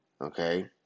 okay